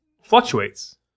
fluctuates